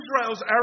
Israel's